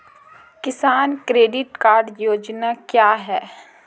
किसान credit card योजना क्या है?